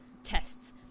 tests